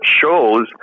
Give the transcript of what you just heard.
shows